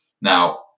Now